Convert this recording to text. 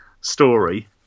story